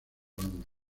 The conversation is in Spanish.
banda